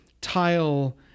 tile